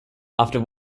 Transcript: after